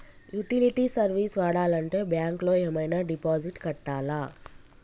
Utility service వాడాలంటే bank లో ఏమైనా డిపాజిట్ కట్టాలా?